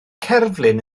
cerflun